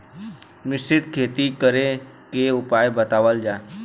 मिश्रित खेती करे क उपाय बतावल जा?